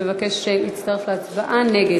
מבקש להצטרף להצבעה, נגד.